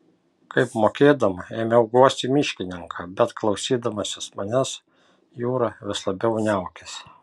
kaip mokėdama ėmiau guosti miškininką bet klausydamasis manęs jura vis labiau niaukėsi